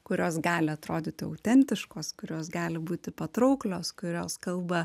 kurios gali atrodyti autentiškos kurios gali būti patrauklios kurios kalba